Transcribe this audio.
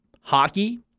hockey